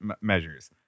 measures